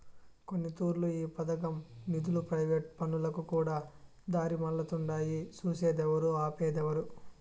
కొన్నితూర్లు ఈ పదకం నిదులు ప్రైవేటు పనులకుకూడా దారిమల్లతుండాయి సూసేదేవరు, ఆపేదేవరు